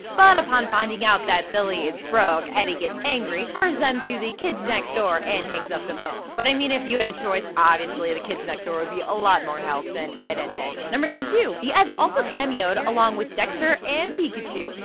but upon finding out that billy is broke, eddy gets angry, refers them to the kids next door, and hangs up the phone. but i mean, if you had a choice, obviously the kids next door would be a lot more help than ed, edd, and eddy. number ninety two. the eds also cameoed, along with dexter and pikachu,